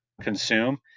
consume